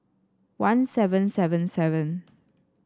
one seven seven seven